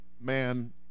man